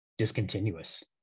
discontinuous